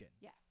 Yes